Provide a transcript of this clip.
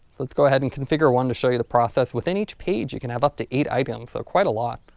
let's go ahead and configure one to show you the process, within each page you can have up to eight items so quite a lot.